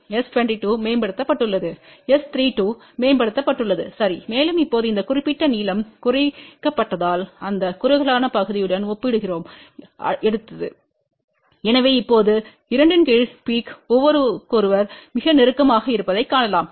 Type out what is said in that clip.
S22மேம்படுத்தப்பட்டுள்ளது S32மேம்படுத்தப்பட்டுள்ளது சரி மேலும் இப்போது இந்த குறிப்பிட்ட நீளம் குறைக்கப்பட்டதால் அந்த குறுகலான பகுதியுடன் ஒப்பிடுகிறோம் எடுத்தது எனவே இப்போது 2 கீழ் பீக் ஒருவருக்கொருவர் மிக நெருக்கமாக இருப்பதைக் காணலாம்